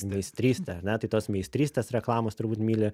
meistrystė ane tai tos meistrystės reklamos turbūt myli